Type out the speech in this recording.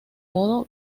modo